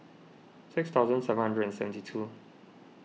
six thousand seven hundred and seventy two